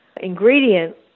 ingredient